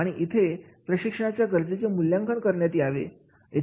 आणि इथे प्रशिक्षणाच्या गरजेचे मूल्यांकन करण्यात येते